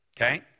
Okay